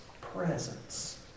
presence